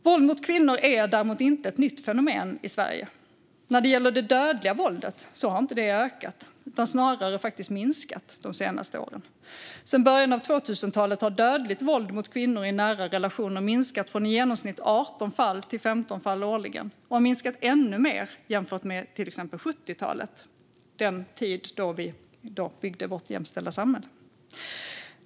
Våld mot kvinnor är däremot inte ett nytt fenomen i Sverige. När det gäller det dödliga våldet har det inte ökat utan snarare faktiskt minskat de senaste åren. Sedan början av 2000-talet har dödligt våld mot kvinnor i nära relationer minskat från i genomsnitt 18 fall till 15 fall årligen, och det har minskat ännu mer jämfört med till exempel 70-talet, den tid då vi byggde vårt jämställda samhälle.